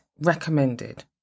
recommended